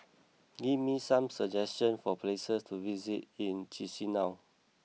give me some suggestions for places to visit in Chisinau